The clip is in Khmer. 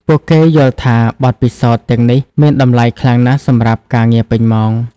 ពួកគេយល់ថាបទពិសោធន៍ទាំងនេះមានតម្លៃខ្លាំងណាស់សម្រាប់ការងារពេញម៉ោង។